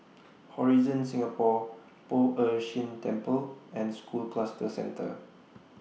Horizon Singapore Poh Ern Shih Temple and School Cluster Centre